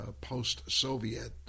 post-Soviet